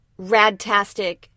radtastic